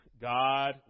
God